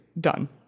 done